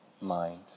mind